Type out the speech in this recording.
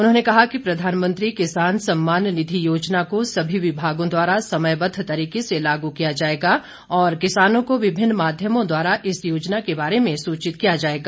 उन्होंने कहा कि प्रधानमंत्री किसान सम्मान निधि योजना को सभी विभागों द्वारा समयबद्ध तरीके से लागू किया जाएगा और किसानों को विभिन्न माध्यमों द्वारा इस योजना के बारे में सूचित किया जाएगा